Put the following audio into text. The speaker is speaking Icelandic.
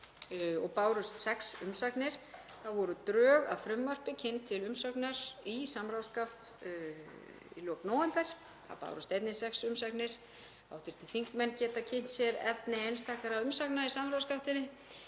og bárust sex umsagnir. Þá voru drög að frumvarpinu kynnt til umsagnar í samráðsgátt í lok nóvember. Þá bárust einnig sex umsagnir. Hv. þingmenn geta kynnt sér efni einstakra umsagna í samráðsgáttinni.